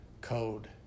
code